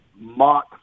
mock